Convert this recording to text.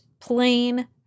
plain